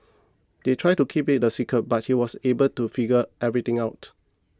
they tried to keep it a secret but he was able to figure everything out